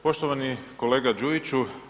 Poštovani kolega Đujiću.